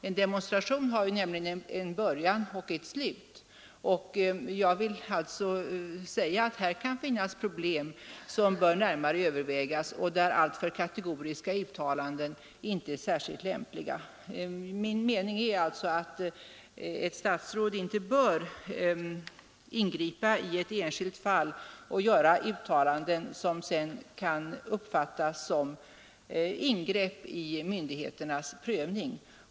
En demonstration har ju en början och ett slut, och i det sammanhanget kan det finnas problem som bör närmare övervägas och där alltför kategoriska uttalanden inte är särskilt lämpliga. Min mening är alltså att ett statsråd inte bör ingripa i ett enskilt fall och göra uttalanden som sedan kan uppfattas som ingrepp i myndigheternas prövning.